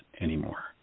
anymore